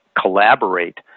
collaborate